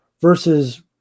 Versus